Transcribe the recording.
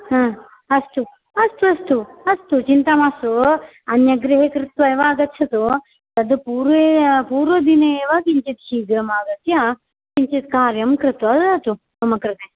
हा अस्तु अस्तु अस्तु अस्तु चिन्तामास्तु भो अन्यगृहे कृत्वा एव आगच्छतु तद् पूर्वे पूर्वदिने एव किञ्चित् शीघ्रमागत्य किञ्चित् कार्यं कृत्वा ददातु मम कृते